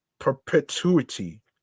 perpetuity